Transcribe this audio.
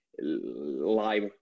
live